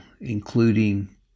including